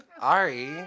ari